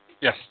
Yes